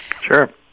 Sure